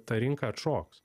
ta rinka atšoks